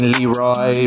Leroy